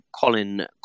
Colin